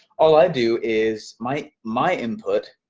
all i do is, my my input